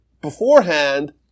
beforehand